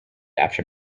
after